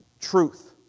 truth